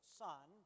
son